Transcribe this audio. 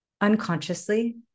unconsciously